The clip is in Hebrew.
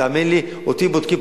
תאמין לי, אותי בודקים.